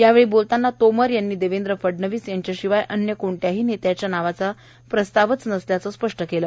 यावेळी बोलताबा तोमर यांनी देवेंद्र फडणवीस यांच्याशिवाय अव्य कोणत्याही नेत्याच्या वावाचा प्रस्ताव वसल्याचं स्पष्ट केलं